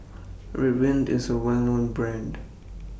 Ridwind IS A Well known Brand